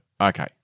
Okay